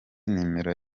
nimero